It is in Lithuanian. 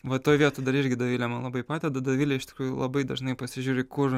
va toj vietoj dar irgi dovilė man labai padeda dovilė iš tikrųjų labai dažnai pasižiūri kur